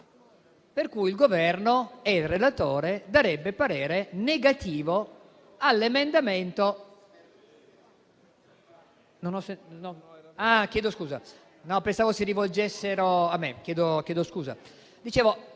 per cui il Governo e il relatore darebbero parere negativo a questo emendamento.